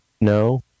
no